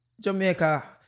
Jamaica